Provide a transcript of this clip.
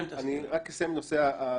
אני רק אסיים את נושא הפרסום.